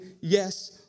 yes